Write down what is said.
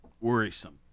worrisome